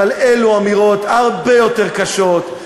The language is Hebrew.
אבל אלו אמירות הרבה יותר קשות,